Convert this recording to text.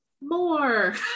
more